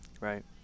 Right